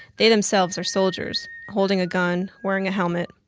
they themselves are soldiers, holding a gun, wearing a helmet.